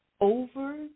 Over